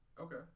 okay